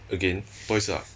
again 多一次 uh